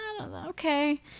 okay